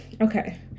okay